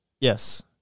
Yes